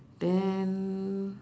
then